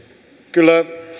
kyllä